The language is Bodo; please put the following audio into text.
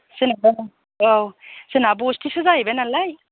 जोंनाबो औ जोंना बस्थिसो जाहैबाय नालाय